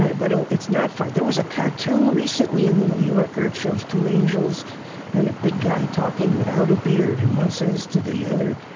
but and it's not funny. there was a cartoon recently in the new yorker. it shows two angels and a big guy talking without a beard. and one says to the other,